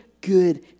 good